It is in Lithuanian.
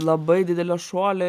labai didelio šuolio